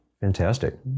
Fantastic